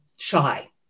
shy